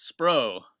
Spro